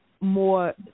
more